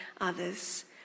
others